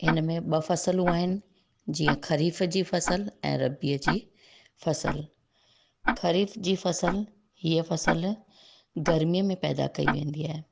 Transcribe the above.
हिन में ॿ फसलूं आहिनि जीअं खरीफ जी फसल ऐं रबीअ जी फसल खरीफ जी फसल हीअं फसल गर्मीअ में पैदा कई वेंदी आहे